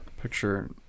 picture